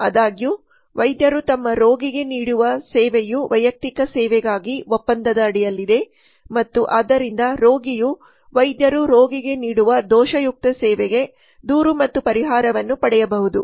ಆದಾಗ್ಯೂ ವೈದ್ಯರು ತಮ್ಮ ರೋಗಿಗೆ ನೀಡುವ ಸೇವೆಯು ವೈಯಕ್ತಿಕ ಸೇವೆಗಾಗಿ ಒಪ್ಪಂದದಡಿಯಲ್ಲಿದೆ ಮತ್ತು ಆದ್ದರಿಂದ ರೋಗಿಯು ವೈದ್ಯರು ರೋಗಿಗೆ ನೀಡುವ ದೋಷಯುಕ್ತ ಸೇವೆಗೆ ದೂರು ಮತ್ತು ಪರಿಹಾರವನ್ನು ಪಡೆಯಬಹುದು